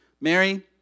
Mary